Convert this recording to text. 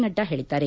ನಡ್ಡಾ ಹೇಳಿದ್ದಾರೆ